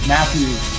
Matthews